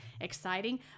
exciting